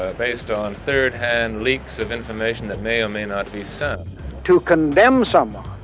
ah based on third-hand leaks of information that may or may not be sound to condemn someone,